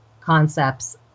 concepts